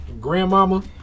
Grandmama